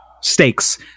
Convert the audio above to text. stakes